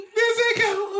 Physical